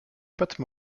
pâte